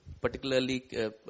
particularly